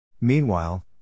Meanwhile